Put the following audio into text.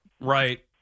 Right